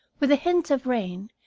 with a hint of rain,